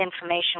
information